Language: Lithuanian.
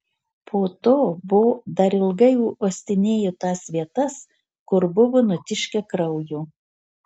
po to bo dar ilgai uostinėjo tas vietas kur buvo nutiškę kraujo